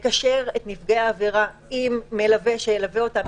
לקשר את נפגעי העבירה עם מלווה שילווה אותם,